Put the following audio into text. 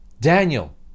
Daniel